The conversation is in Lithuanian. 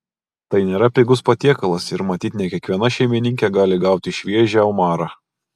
tai nėra pigus patiekalas ir matyt ne kiekviena šeimininkė gali gauti šviežią omarą